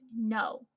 no